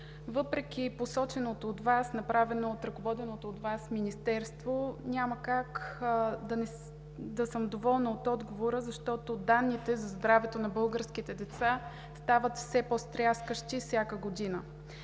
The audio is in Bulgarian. въпреки посоченото от Вас като направено от ръководеното от Вас Министерство няма как да съм доволна от отговора, защото данните за здравето на българските деца стават все по-стряскащи всяка година.